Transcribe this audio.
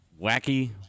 Wacky